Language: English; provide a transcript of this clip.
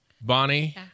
Bonnie